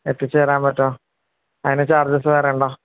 എത്തിച്ചുതരാന് പറ്റുമോ അതിന് ചാർജസ് വേറെയുണ്ടോ